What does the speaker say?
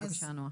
בבקשה נועה.